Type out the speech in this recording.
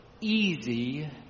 easy